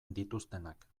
dituztenak